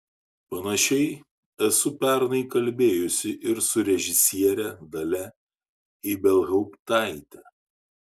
panašiai esu pernai kalbėjusi ir su režisiere dalia ibelhauptaite